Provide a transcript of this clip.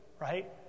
right